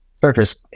surface